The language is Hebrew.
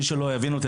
מי שלא יבין אותי,